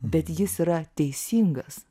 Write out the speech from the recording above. bet jis yra teisingas